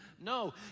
No